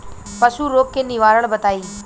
पशु रोग के निवारण बताई?